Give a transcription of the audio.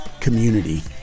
community